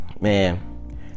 man